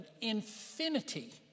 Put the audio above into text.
infinity